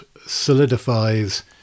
solidifies